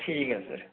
ठीक ऐ सर